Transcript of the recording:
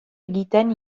egiten